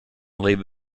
leave